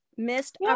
missed